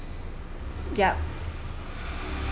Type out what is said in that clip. yup